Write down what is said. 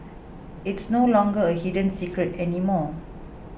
it's no longer a hidden secret anymore